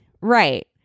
right